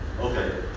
Okay